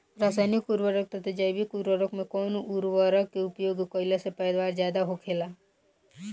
रसायनिक उर्वरक तथा जैविक उर्वरक में कउन उर्वरक के उपयोग कइला से पैदावार ज्यादा होखेला?